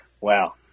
wow